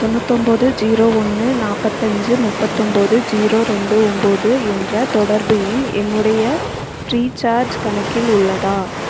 தொண்ணூத்தொம்பது ஜீரோ ஒன்று நாற்பத்தஞ்சி முப்பத்தொம்பது ஜீரோ ரெண்டு ஒம்பது என்ற தொடர்பு எண் என்னுடைய ஃப்ரீசார்ஜ் கணக்கில் உள்ளதா